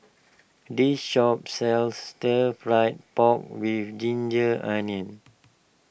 this shop sells Stir Fried Pork with Ginger Onions